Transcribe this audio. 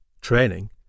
Training